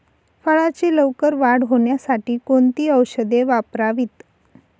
फळाची लवकर वाढ होण्यासाठी कोणती औषधे वापरावीत?